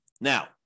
Now